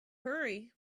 hurry